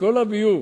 והביוב